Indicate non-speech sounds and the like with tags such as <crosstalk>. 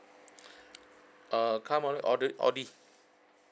<breath> err car model aud~ audi